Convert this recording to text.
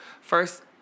first